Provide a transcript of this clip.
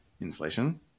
inflation